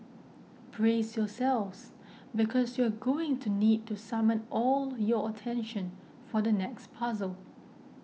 brace yourselves because you're going to need to summon all your attention for the next puzzle